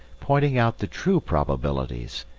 pointing out the true probabilities,